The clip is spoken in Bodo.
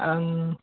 आं